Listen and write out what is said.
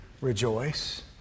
rejoice